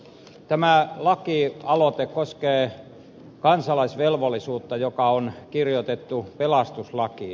tämä lakialoite koskee kansalaisvelvollisuutta joka on kirjoitettu pelastuslakiin